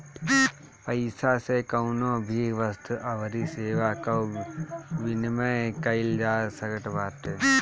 पईसा से कवनो भी वस्तु अउरी सेवा कअ विनिमय कईल जा सकत बाटे